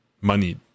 money